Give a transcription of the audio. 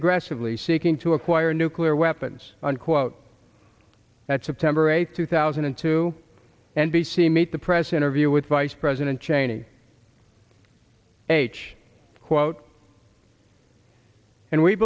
aggressively seeking to acquire nuclear weapons unquote that september eighth two thousand and two and b c meet the press interview with vice president cheney h quote and we